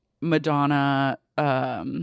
Madonna